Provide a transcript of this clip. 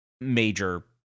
major